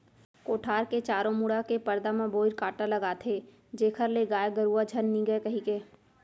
कोठार के चारों मुड़ा के परदा म बोइर कांटा लगाथें जेखर ले गाय गरुवा झन निगय कहिके